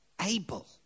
able